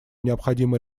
необходимо